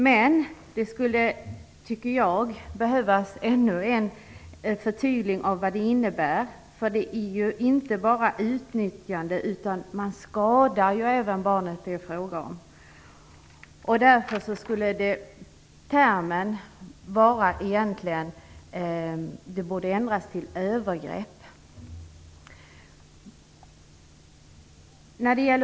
Men jag tycker att det skulle behövas ännu ett förtydligande av innebörden. Det är ju inte bara fråga om utnyttjande, utan barnet i fråga skadas ju också. Därför borde termen ändras till övergrepp.